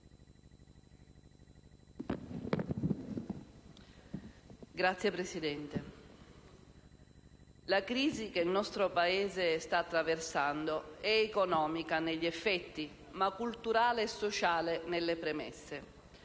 la crisi che il nostro Paese sta attraversando è economica negli effetti, ma culturale e sociale nelle premesse.